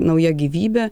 nauja gyvybė